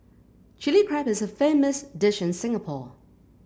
Chilli Crab is a famous dish in Singapore